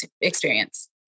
experience